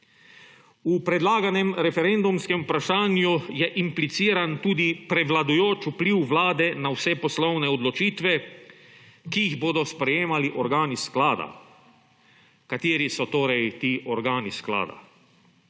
V predlaganem referendumskem vprašanju je impliciran tudi prevladujoč vpliv Vlade na vse poslovne odločitve, ki jih bodo sprejemali organi sklada. Kateri so torej ti organi sklada.